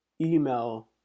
email